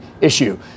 issue